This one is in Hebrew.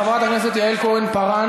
חברת הכנסת יעל כהן-פארן,